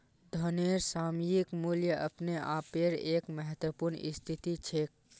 धनेर सामयिक मूल्य अपने आपेर एक महत्वपूर्ण स्थिति छेक